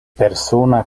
persona